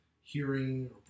hearing